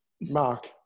Mark